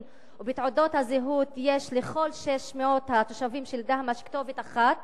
ובתעודות הזהות יש לכל 600 התושבים של דהמש כתובת אחת,